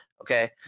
Okay